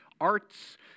arts